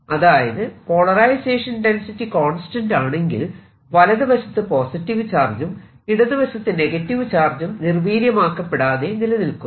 അതായത് polarisation density constant ആണെങ്കിൽ വലതുവശത്ത് പോസിറ്റീവ് ചാർജും ഇടതുവശത്ത് നെഗറ്റീവ് ചാർജും നിർവീര്യമാക്കപ്പെടാതെ നിലനിൽക്കുന്നു